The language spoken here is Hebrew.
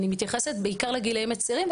אני מתייחסת בעיקר לגילאים הצעירים,